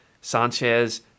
Sanchez